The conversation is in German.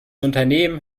unternehmen